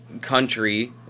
country